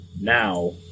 now